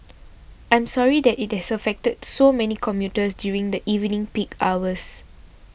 I'm sorry that it has affected so many commuters during the evening peak hours